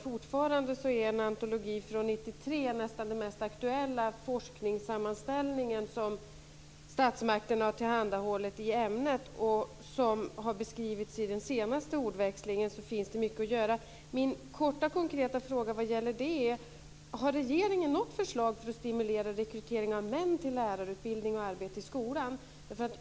Fortfarande är en antologi från 1993 nästan den mest aktuella forskningssammanställning som statsmakterna tillhandahåller i ämnet. Som det har beskrivits i den senaste ordväxlingen finns det mycket att göra. Min korta konkreta fråga är: Har regeringen något förslag för att stimulera rekrytering av män till lärarutbildning och arbete i skolan?